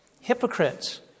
hypocrites